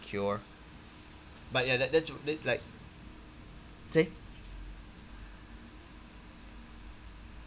secure but ya that's that's like say